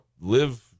live